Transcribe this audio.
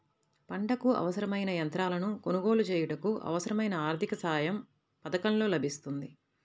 పంటకు అవసరమైన యంత్రాలను కొనగోలు చేయుటకు, అవసరమైన ఆర్థిక సాయం యే పథకంలో లభిస్తుంది?